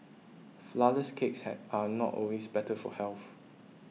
Flourless Cakes had are not always better for health